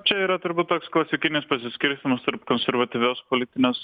čia yra turbūt toks klasikinis pasiskirstymas tarp konservatyvios politinės